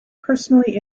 personally